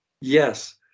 Yes